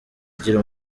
ugira